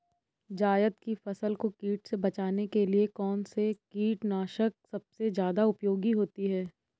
जायद की फसल को कीट से बचाने के लिए कौन से कीटनाशक सबसे ज्यादा उपयोगी होती है?